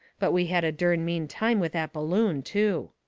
but we had a dern mean time with that balloon, too.